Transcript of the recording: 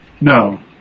no